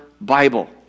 Bible